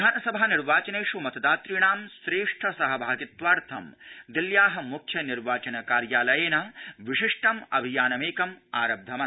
विधानसभा निर्वाचनेष् मतदातृणां श्रेष्ठ सहभागितात्वार्थ दिल्ल्या मुख्य निर्वाचन कार्यालयेन विशिष्टम् अभियानमेकम् आरब्धमस्ति